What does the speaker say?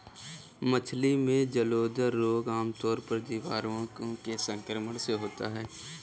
मछली में जलोदर रोग आमतौर पर जीवाणुओं के संक्रमण से होता है